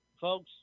folks